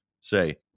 say